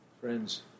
Friends